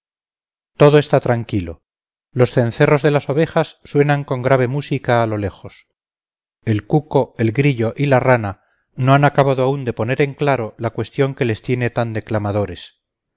todo está tranquilo los cencerros de las ovejas suenan con grave música a lo lejos el cuco el grillo y la rana no han acabado aún de poner en claro la cuestión que les tiene tan declamadores